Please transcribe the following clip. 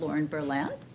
lauren berlant,